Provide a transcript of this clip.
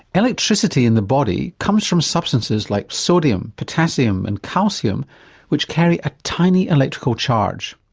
electricity in the body comes from substances like sodium, potassium and calcium which carry a tiny electrical charge.